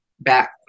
Back